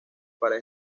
para